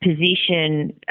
position